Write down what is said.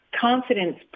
confidence